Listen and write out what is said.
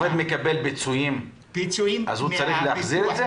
מקבל פיצויים אז הוא צריך להחזיר את זה?